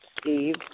Steve